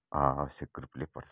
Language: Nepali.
आवश्यक रूपले पर्छ